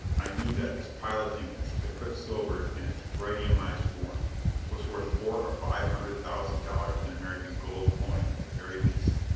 i knew that this pile of ingots the quicksilver in its radiumized form was worth four or five hundred thousand dollars in american gold-coin at the very least.